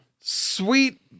Sweet